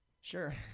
Sure